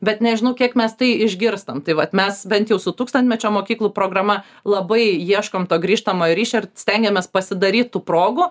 bet nežinau kiek mes tai išgirstam tai vat mes bent jau su tūkstantmečio mokyklų programa labai ieškom to grįžtamojo ryšio ir stengiamės pasidaryt tų progų